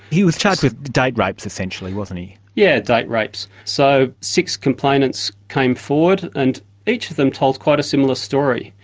he was charged with date rapes, essentially, wasn't he? yes, yeah date rapes. so six complainants came forward and each of them told quite a similar story.